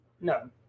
No